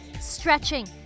stretching